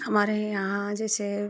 हमारे यहाँ जैसे